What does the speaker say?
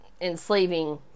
enslaving